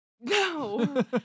no